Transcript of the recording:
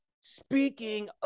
Speaking